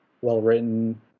well-written